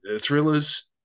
thrillers